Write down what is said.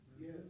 Yes